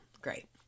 Great